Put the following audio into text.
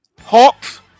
Hawks